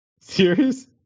Serious